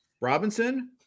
robinson